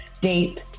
deep